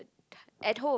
at home